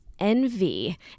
envy